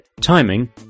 timing